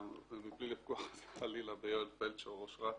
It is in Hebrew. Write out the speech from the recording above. מבלי לפגוע חס וחלילה ביואל פלדשו, ראש רת"א.